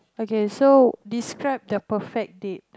okay so describe the perfect date